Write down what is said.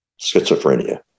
schizophrenia